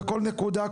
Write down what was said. בכל נקודה,